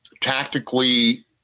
tactically